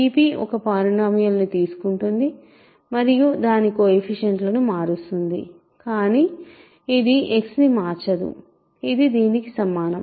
p ఒక polynomial ని తీసుకుంటుంది మరియు దాని కొయెఫిషియంట్లను మారుస్తుంది కానీ ఇది X ని మార్చదు ఇది దీనికి సమానం